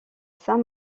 saint